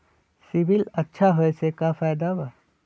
CIBIL अच्छा होऐ से का फायदा बा?